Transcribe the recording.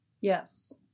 Yes